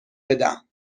بدم